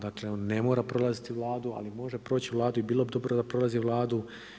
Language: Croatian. Dakle, on ne mora prolaziti Vladu, ali može proći Vladu i bilo bi dobro da prolazi Vladu.